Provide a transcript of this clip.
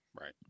Right